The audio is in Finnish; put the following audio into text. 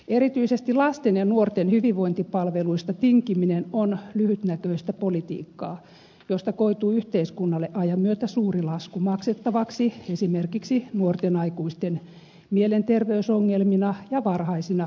erityisesti lasten ja nuorten hyvinvointipalveluista tinkiminen on lyhytnäköistä politiikkaa josta koituu yhteiskunnalle ajan myötä suuri lasku maksettavaksi esimerkiksi nuorten aikuisten mielenterveysongelmina ja varhaisina työkyvyttömyyseläkkeinä